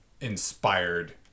inspired